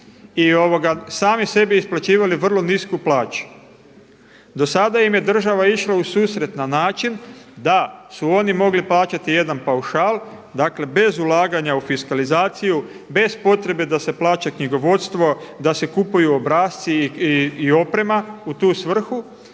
i sami sebi isplaćivali vrlo nisku plaću. Do sada im je država išla u susret na način da su oni mogli plaćati jedan paušal, dakle bez ulaganja u fiskalizaciju, bez potrebe da se plaća knjigovodstvo, da se kupuju obrasci i oprema u tu svrhu,